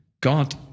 God